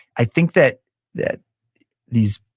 i think that that these,